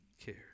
Care